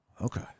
Okay